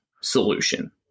solution